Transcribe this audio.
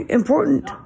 important